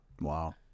Wow